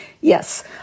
Yes